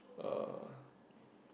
uh